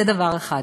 זה דבר אחד.